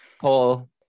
Paul